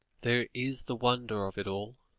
there is the wonder of it all,